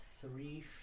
three